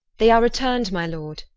they are return'd my lord,